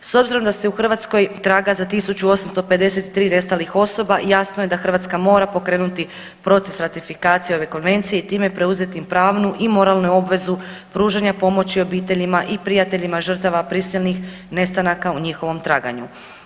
S obzirom da se u Hrvatskoj traga za 1853 nestalih osoba jasno je da Hrvatska mora pokrenuti proces ratifikacije ove konvencije i time preuzeti pravnu i moralnu obvezu pružanja pomoći obiteljima i prijateljima žrtava prisilnih nestanaka u njihovom traganju.